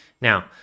now